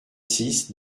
six